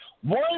One